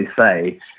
say